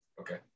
Okay